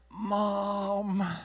Mom